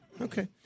Okay